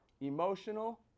emotional